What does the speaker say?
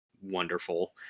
wonderful